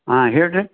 ಹಾಂ ಹೇಳಿರಿ